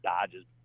Dodges